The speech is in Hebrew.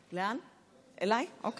אליי, אוקיי.